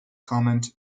comment